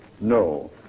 No